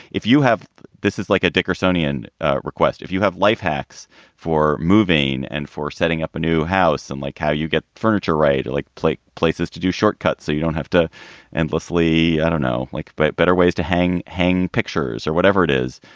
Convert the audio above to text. if you have this is like a dickinsonia and request. if you have life hacks for moving and for setting up a new house and like how you get furniture. right. like play places to do shortcuts so you don't have to endlessly, i don't know, like but better ways to hang hang pictures or whatever it is,